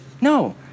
No